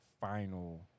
final